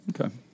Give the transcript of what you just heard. Okay